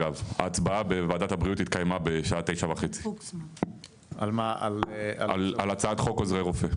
ההצבעה בוועדת הבריאות התקיימה בשעה תשע וחצי על הצעת חוק עוזרי רופא.